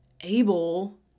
able